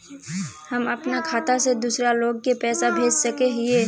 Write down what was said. हम अपना खाता से दूसरा लोग के पैसा भेज सके हिये?